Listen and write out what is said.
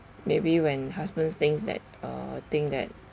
maybe when husbands thinks that uh think that